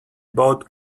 both